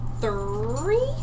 Three